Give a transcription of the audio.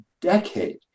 decade